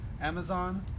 Amazon